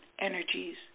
energies